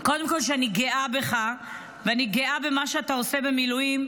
קודם כול שאני גאה בך ואני גאה במה שאתה עושה במילואים,